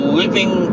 living